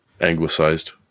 anglicized